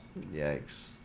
Yikes